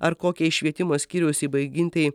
ar kokiai švietimo skyriaus įbaigintai